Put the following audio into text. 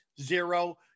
Zero